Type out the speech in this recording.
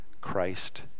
Christ